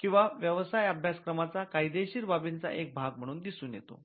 किंवा व्यवसाय अभ्यासक्रमाचा कायदेशीर बाबींचा एक भाग म्हणून दिसून येतो